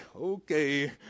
okay